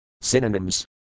Synonyms